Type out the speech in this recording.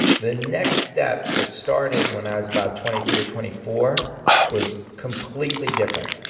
the next step that started when i was about twenty three or twenty four was completely different.